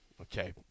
Okay